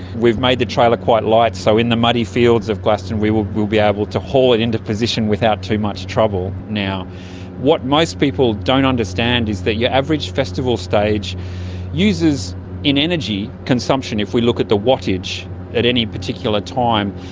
we've made the trailer quite light, so in the muddy fields of glastonbury we will will be able to haul it into position without too much trouble. what most people don't understand is that your average festival stage uses in energy consumption, if we look at the wattage at any particular time,